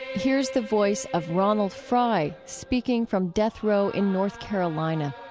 here's the voice of ronald frye speaking from death row in north carolina.